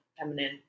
feminine